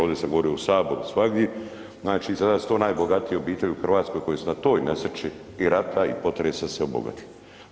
Ovdje sam govorio u saboru, svagdje, znači sada su to najbogatije obitelji u Hrvatskoj koje su na toj nesreći i rata i potresa se obogatile.